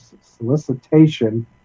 solicitation